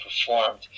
performed